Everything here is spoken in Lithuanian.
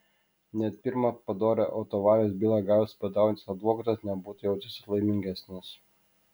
net pirmą padorią autoavarijos bylą gavęs badaujantis advokatas nebūtų jautęsis laimingesnis